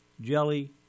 jelly